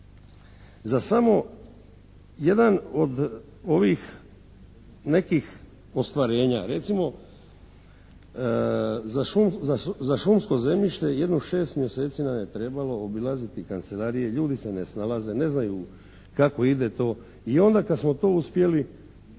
za samo jedan od ovih nekih ostvarenja. Recimo za šumsko zemljište jedno 6 mjeseci nam je trebalo obilaziti kancelarije, ljudi se ne snalaze, ne znaju kako ide to. I onda kad smo to uspjeli treba